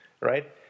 right